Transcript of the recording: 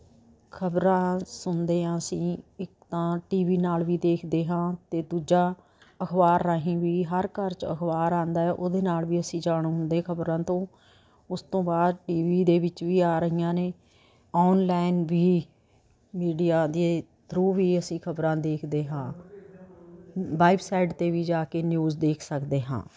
ਖਬਰਾਂ ਸੁਣਦੇ ਹਾਂ ਅਸੀਂ ਇੱਕ ਤਾਂ ਟੀ ਵੀ ਨਾਲ ਵੀ ਦੇਖਦੇ ਹਾਂ ਅਤੇ ਦੂਜਾ ਅਖ਼ਬਾਰ ਰਾਹੀਂ ਵੀ ਹਰ ਘਰ 'ਚ ਅਖ਼ਬਾਰ ਆਉਂਦਾ ਹੈ ਉਹਦੇ ਨਾਲ ਵੀ ਅਸੀਂ ਜਾਣੂ ਹੁੰਦੇ ਖਬਰਾਂ ਤੋਂ ਉਸ ਤੋਂ ਬਾਅਦ ਟੀ ਵੀ ਦੇ ਵਿੱਚ ਵੀ ਆ ਰਹੀਆਂ ਨੇ ਔਨਲੈਨ ਵੀ ਮੀਡੀਆ ਦੇ ਥਰੂ ਵੀ ਅਸੀਂ ਖਬਰਾਂ ਦੇਖਦੇ ਹਾਂ ਵਾਈਵਸਾਈਡ 'ਤੇ ਵੀ ਜਾ ਕੇ ਨਿਊਜ਼ ਦੇਖ ਸਕਦੇ ਹਾਂ